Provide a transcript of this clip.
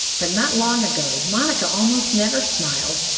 but not long ago, monica almost never smiled,